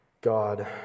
God